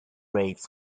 rays